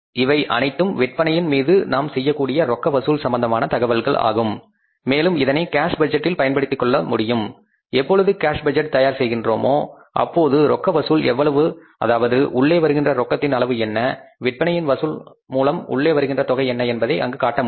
இவை அனைத்தும் விற்பனையின் மீது நாம் செய்யக்கூடிய ரொக்க வசூல் சம்பந்தமான தகவல்கள் ஆகும் மேலும் இதனை கேஷ் பட்ஜெட்டில் அவர் பயன்படுத்திக் கொள்ள முடியும் எப்பொழுது கேஷ் பட்ஜெட் தயார் செய்கின்றோமோ அப்போது ரொக்க வசூல் எவ்வளவு அதாவது உள்ளே வருகின்ற ரொக்கத்தின் அளவு என்ன விற்பனையின் வசூல் மூலம் உள்ளே வருகின்ற தொகை என்ன என்பதை அங்கு காட்ட முடியும்